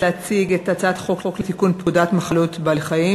אנחנו עוברים להצעת חוק לתיקון פקודת מחלות בעלי-חיים